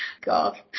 God